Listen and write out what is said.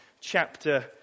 chapter